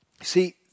See